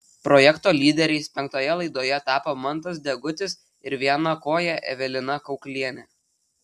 projekto lyderiais penktoje laidoje tapo mantas degutis ir vienakojė evelina kauklienė